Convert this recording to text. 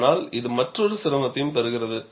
ஆனால் இது மற்றொரு சிரமத்தையும் தருகிறது